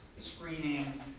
screening